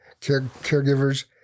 caregivers